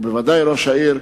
ובוודאי ראש העיר,